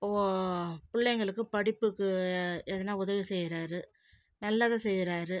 ஓ பிள்ளைங்களுக்கு படிப்புக்கு எதனா உதவி செய்கிறாரு நல்லதை செய்கிறாரு